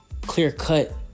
clear-cut